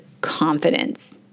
confidence